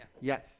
Yes